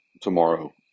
tomorrow